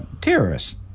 terrorists